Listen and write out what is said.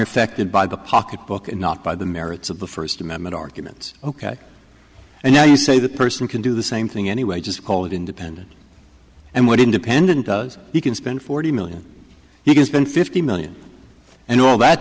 affected by the pocketbook and not by the merits of the first amendment arguments ok and now you say that person can do the same thing anyway just call it independent and what independent you can spend forty million you can spend fifty million and all that